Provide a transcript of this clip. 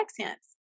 accents